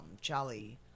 Charlie